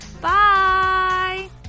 bye